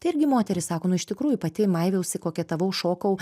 tai irgi moteris sako iš tikrųjų pati maiviausi koketavau šokau